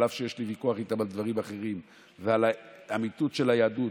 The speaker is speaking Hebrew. אף שיש לי איתם ויכוח על דברים אחרים ועל האמיתות של היהדות,